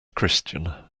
christian